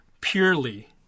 purely